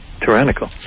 tyrannical